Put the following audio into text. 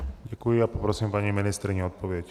Děkuji a poprosím paní ministryni o odpověď.